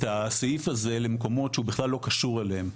הסעיף הזה למקומות שהוא בכלל לא קשור אליהם.